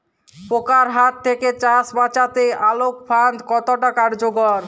পোকার হাত থেকে চাষ বাচাতে আলোক ফাঁদ কতটা কার্যকর?